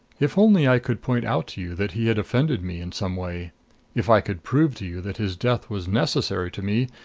if only i could point out to you that he had offended me in some way if i could prove to you that his death was necessary to me,